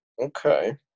Okay